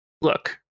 Look